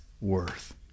Worth